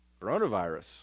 Coronavirus